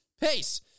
pace